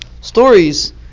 stories